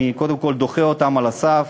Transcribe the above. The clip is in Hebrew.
אני קודם כול דוחה אותן על הסף,